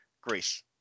greece